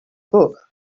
book